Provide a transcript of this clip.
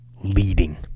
leading